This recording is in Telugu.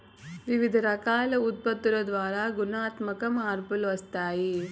వివిధ రకాల ఉత్పత్తుల ద్వారా గుణాత్మక మార్పులు వస్తాయి